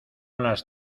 las